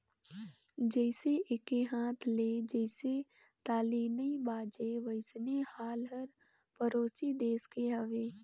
जइसे एके हाथ ले जइसे ताली नइ बाजे वइसने हाल हर परोसी देस के हवे